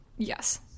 Yes